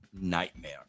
nightmare